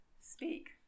speak